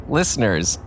listeners